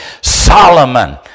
Solomon